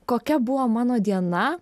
kokia buvo mano diena